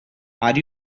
are